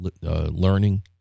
learning